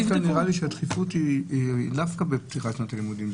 דווקא נראה לי שהדחיפות היא דווקא בפתיחת שנת הלימודים.